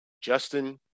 Justin